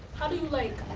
how do you like